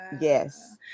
Yes